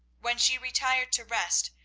when she retired to rest,